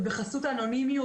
ובחסות האנונימיות,